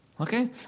okay